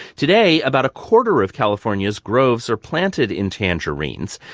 today, about a quarter of california's groves are planted in tangerines.